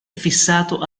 fissato